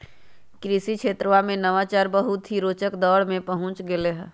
कृषि क्षेत्रवा में नवाचार बहुत ही रोचक दौर में पहुंच गैले है